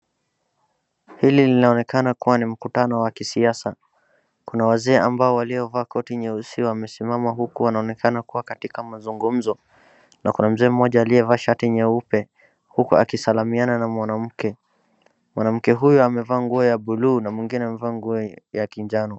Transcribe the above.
Hili linaonekana kuwa ni mkutano wa kisiasa. Kuna wazee ambao waliovaa koti nyeusi wamesimama huku wanaonekana kuwa katika mazungumzo. Na kuna mzee mmoja aliyevaa shati nyeupe huku akisalamiana na mwanamke. Mwanamke huyu amevaa nguo na bluu na mwingine amevaa nguo ya kijano.